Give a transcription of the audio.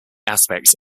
aspects